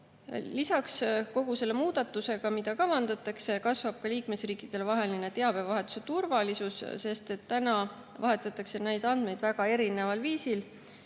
Kogu selle muudatusega, mida kavandatakse, kasvab ka liikmesriikidevahelise teabevahetuse turvalisus. Praegu vahetatakse neid andmeid väga erineval viisil.